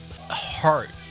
heart